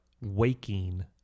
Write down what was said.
waking